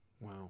Wow